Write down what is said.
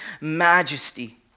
majesty